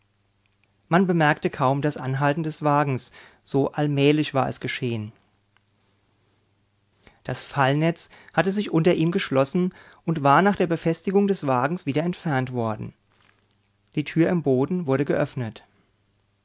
man bemerkte kaum das anhalten des wagens so allmählich war es geschehen das fallnetz hatte sich unter ihm geschlossen und war nach der befestigung des wagens wieder entfernt worden die tür im boden wurde geöffnet